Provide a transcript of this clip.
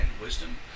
Wisdom